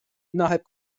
innerhalb